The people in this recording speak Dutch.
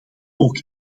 ook